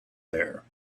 there